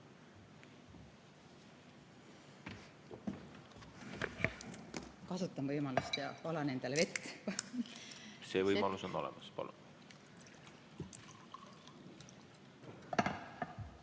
Kasutan võimalust ja valan endale vett. See võimalus on olemas.